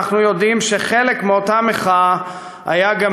אנחנו יודעים שחלק מאותה מחאה היה גם